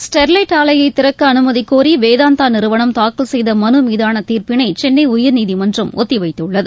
Sterlite ஆலையை திறக்க அனுமதி கோரி வேதாந்தா நிறுவனம் தாக்கல் செய்த மனு மீதான தீர்ப்பினை சென்னை உயர்நீதிமன்றம் ஒத்திவைத்துள்ளது